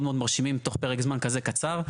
מאוד מרשימים תוך פרק זמן כזה קצר.